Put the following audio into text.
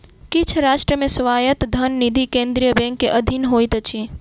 किछ राष्ट्र मे स्वायत्त धन निधि केंद्रीय बैंक के अधीन होइत अछि